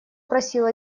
просила